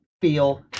feel